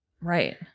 right